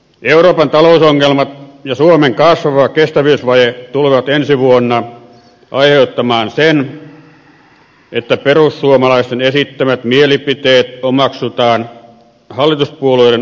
euroopan talousongelmat ja suomen kasvava kestävyysvaje tulevat ensi vuonna aiheuttamaan sen että perussuomalaisten esittämät mielipiteet omaksutaan hallituspuolueiden omiksi ideoiksi